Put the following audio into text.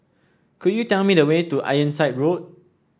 could you tell me the way to Ironside Road